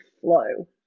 flow